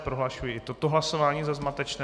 Prohlašuji i toto hlasování za zmatečné.